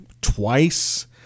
twice